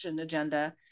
agenda